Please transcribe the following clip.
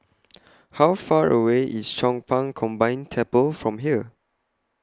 How Far away IS Chong Pang Combined Temple from here